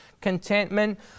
Contentment